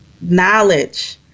knowledge